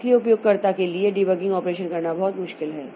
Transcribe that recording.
इसलिए उपयोगकर्ता के लिए डिबगिंग ऑपरेशन करना बहुत मुश्किल है